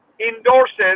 endorses